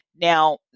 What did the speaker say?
Now